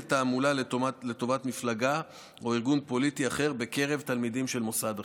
תעמולה לטובת מפלגה או ארגון פוליטי אחר בקרב תלמידים של מוסד החינוך.